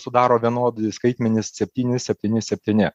sudaro vienodi skaitmenys septyni septyni septyni